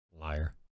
Liar